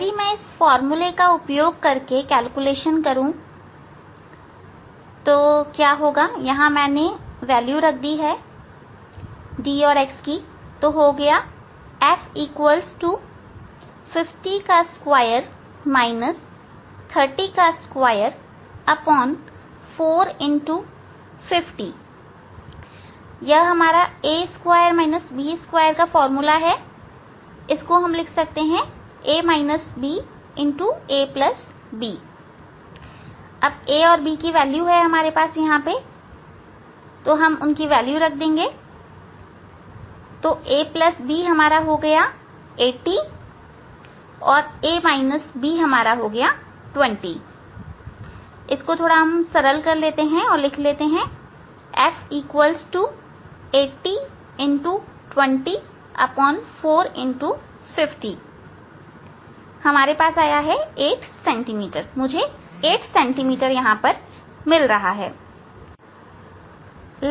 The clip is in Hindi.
यदि मैं वह फार्मूला उपयोग करके गणना करूं f D2 x24D मैंने क्या किया है यह है f 502 3024x50 यह है a2 b2 ab ab 80 a b 20 f 8020450 8 cm मुझे 8 सेंटीमीटर मिल रहा है